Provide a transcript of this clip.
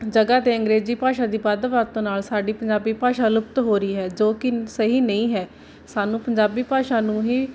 ਜਗ੍ਹਾ 'ਤੇ ਅੰਗਰੇਜ਼ੀ ਭਾਸ਼ਾ ਦੀ ਵੱਧ ਵਰਤੋਂ ਨਾਲ ਸਾਡੀ ਪੰਜਾਬੀ ਭਾਸ਼ਾ ਲੁਪਤ ਹੋ ਰਹੀ ਹੈ ਜੋ ਕਿ ਸਹੀ ਨਹੀਂ ਹੈ ਸਾਨੂੰ ਪੰਜਾਬੀ ਭਾਸ਼ਾ ਨੂੰ ਹੀ